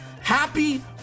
happy